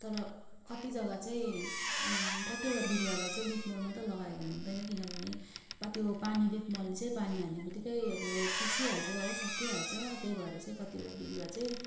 तर कति जग्गा चाहिँ कतिवटा बिरुवालाई चाहिँ लिफ मल मात्रै लगायो भने हुँदैन किनभने त्यो पानीले मल चाहिँ पानी हाल्ने बित्तिकै चुसिहाल्छ हो सकिहाल्छ त्यही भएर चाहिँ कतिवटा बिरुवा चाहिँ